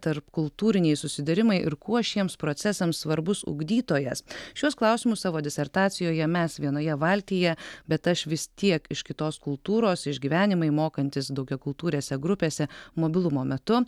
tarpkultūriniai susidūrimai ir kuo šiems procesams svarbus ugdytojas šiuos klausimus savo disertacijoje mes vienoje valtyje bet aš vis tiek iš kitos kultūros išgyvenimai mokantis daugiakultūrėse grupėse mobilumo metu